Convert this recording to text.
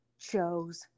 chose